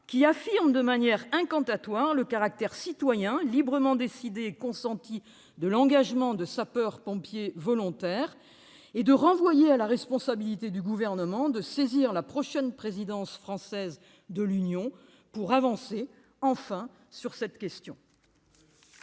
qui affirme de manière incantatoire le caractère citoyen, librement décidé et consenti de l'engagement de sapeur-pompier volontaire, et de renvoyer à la responsabilité du Gouvernement de saisir la prochaine présidence française de l'Union européenne pour avancer enfin sur cette question.